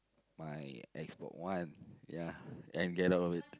my Xbox-One ya and get out of it